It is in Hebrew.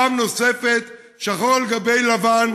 פעם נוספת, שחור על גבי לבן,